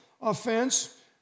offense